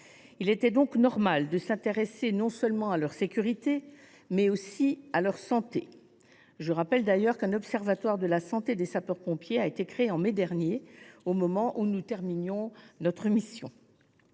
Il était donc normal de s’intéresser non seulement à leur sécurité, mais aussi à leur santé. Je rappelle qu’un observatoire de la santé des sapeurs pompiers a été créé en mai dernier, au moment où nous terminions notre mission